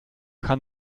kann